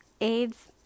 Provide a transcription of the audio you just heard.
AIDS